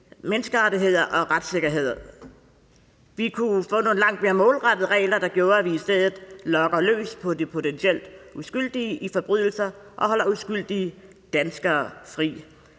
menneskerettigheder og retssikkerhed. Vi kunne få nogle langt mere målrettede regler, der gjorde, at vi i stedet logger løs på de potentielt skyldige i forbrydelser og holder uskyldige danskere fri.